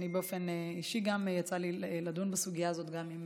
באופן אישי יצא לי לדון בסוגיה הזאת גם עם